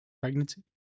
pregnancy